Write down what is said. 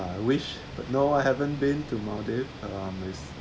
ah wish but no I haven't been to maldives um is